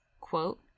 quote